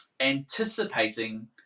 Anticipating